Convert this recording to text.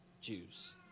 Jews